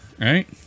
right